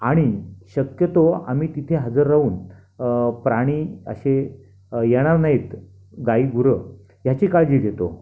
आणि शक्यतो आम्ही तिथे हजर राहून प्राणी असे येणार नाहीत गायी गुरं ह्याची काळजी घेतो